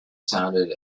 sounded